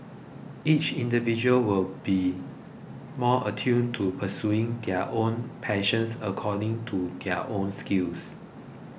each individual will be more attuned to pursuing their own passions according to their own skills